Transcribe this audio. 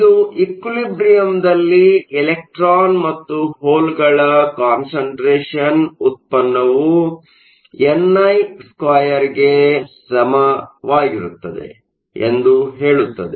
ಇದು ಈಕ್ವಿಲಿಬ್ರಿಯಮ್ ದಲ್ಲಿ ಎಲೆಕ್ಟ್ರಾನ್ ಮತ್ತು ಹೋಲ್ಗಳ ಕಾನ್ಷಂಟ್ರೇಷನ್ ಉತ್ಪನ್ನವು ni2 ಗೆ ಸಮಾನವಾಗಿರುತ್ತದೆ ಎಂದು ಹೇಳುತ್ತದೆ